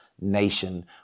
nation